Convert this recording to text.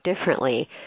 differently